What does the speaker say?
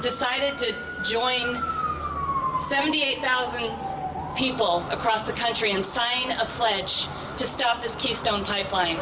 decided to join seventy eight thousand people across the country and sign a pledge to stop this keystone pipeline